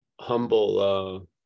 humble